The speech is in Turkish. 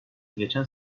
geçen